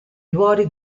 ruoli